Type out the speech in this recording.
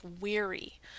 weary